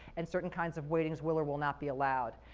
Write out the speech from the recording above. and certain kinds of weightings will or will not be allowed.